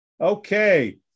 Okay